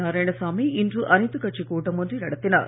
நாராயணசாமி இன்று அனைத்துக் கட்சி கூட்டம் ஒன்றை நடத்தினார்